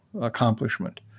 accomplishment